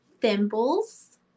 thimbles